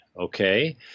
Okay